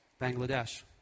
Bangladesh